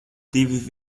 divi